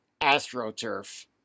astroturf